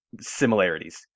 similarities